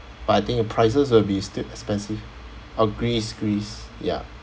but I think the prices will be st~ expensive oh greece greece ya